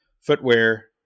footwear